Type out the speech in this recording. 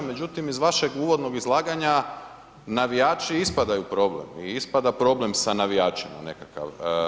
Međutim, iz vašeg uvodnog izlaganja navijači ispadaju problem i ispada problem sa navijačima nekakav.